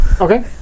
Okay